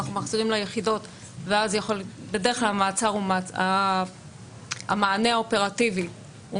אנחנו מחזירים ליחידות ואז בדרך כלל המענה האופרטיבי הוא